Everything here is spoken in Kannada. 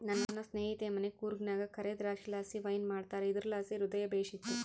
ನನ್ನ ಸ್ನೇಹಿತೆಯ ಮನೆ ಕೂರ್ಗ್ನಾಗ ಕರೇ ದ್ರಾಕ್ಷಿಲಾಸಿ ವೈನ್ ಮಾಡ್ತಾರ ಇದುರ್ಲಾಸಿ ಹೃದಯ ಬೇಶಿತ್ತು